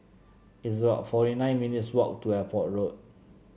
it's about forty nine minutes' walk to Airport Road